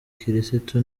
kirisitu